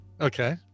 Okay